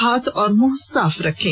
हाथ और मुंह साफ रखें